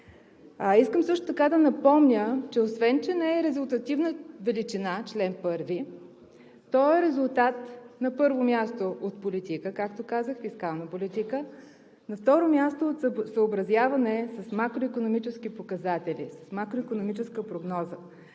Искам също така да напомня, освен че не е резултативна величина чл. 1, той е резултат, на първо място, от политика, както казах, фискална политика. На второ място, съобразяване с макроикономически показатели, с макроикономическа прогноза,